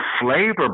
flavor